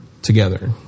Together